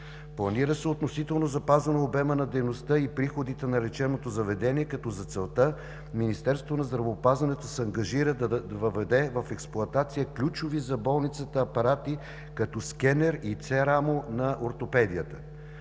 Планират се относително запазване обема на дейността и приходите на лечебното заведение, като за целта Министерството на здравеопазването се ангажира да въведе в експлоатация ключови за болницата апарати като: скенер и С рамо (Це рамо) на ортопедията.